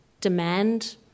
demand